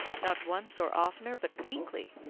not once or oftener, but weekly,